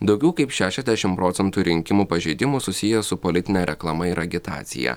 daugiau kaip šešiasdešimt procentų rinkimų pažeidimų susiję su politine reklama ir agitacija